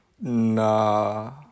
Nah